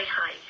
hi